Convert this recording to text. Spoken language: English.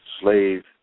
slave